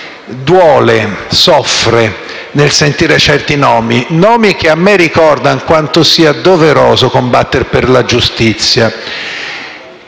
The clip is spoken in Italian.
duole, che soffre nel sentire certi nomi, nomi che a me ricordano quanto sia doveroso combattere per la giustizia.